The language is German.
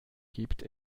gibt